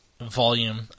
volume